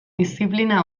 diziplina